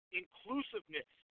inclusiveness